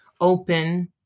open